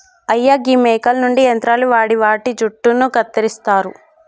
అయ్యా గీ మేకల నుండి యంత్రాలు వాడి వాటి జుట్టును కత్తిరిస్తారు